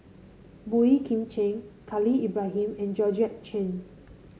Boey Kim Cheng Khalil Ibrahim and Georgette Chen